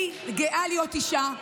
אני גאה להיות אישה.